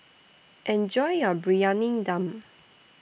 Enjoy your Briyani Dum